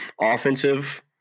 offensive